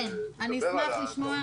כן, אני אשמח לשמוע.